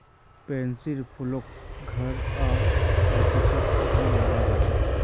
पैन्सीर फूलक घर आर ऑफिसत भी लगा छे